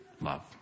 love